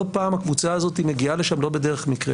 לא פעם הקבוצה הזאת מגיעה לשם לא בדרך מקרה.